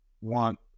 want